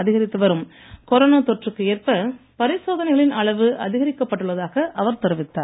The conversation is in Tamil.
அதிகரித்து வரும் கொரோனா தொற்றுக்கு ஏற்ப பரிசோதனைகளின் அளவு அதிகரிக்கப்பட்டுள்ளதாக அவர் தெரிவித்தார்